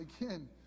again